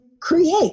create